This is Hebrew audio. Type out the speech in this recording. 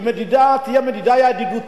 זאת תהיה עוד מדינה ידידותית,